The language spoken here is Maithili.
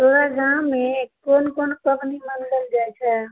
तोहर गाँवमे कोन कोन पाबनि मनाओल जाइ छै